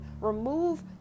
Remove